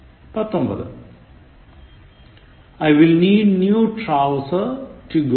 പത്തൊൻപത് I will need new trouser to go to college